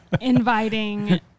Inviting